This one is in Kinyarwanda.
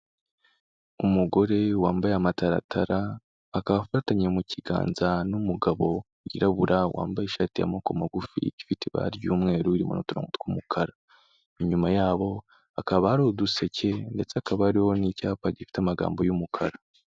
Umugore wambaye amataratara, akaba afatanya mu kiganza n'umugabo wirabura wambaye ishati y'amaboko magufi ifite ibara ry'umweru irimo n'uturongo tw'umukara. Inyuma yabo hakaba hari uduseke ndetse hakaba hariho n'icyapa gifite amagambo y'umukara.